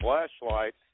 Flashlight